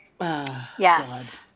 Yes